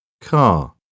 Car